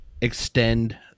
extend